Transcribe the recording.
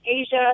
Asia